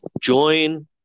join